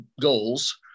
goals